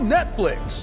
Netflix